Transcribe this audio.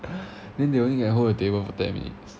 then they only can hold the table for ten minutes